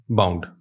bound